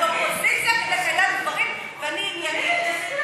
אני אופוזיציה כדי לקיים דברים ואני עניינית.